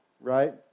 Right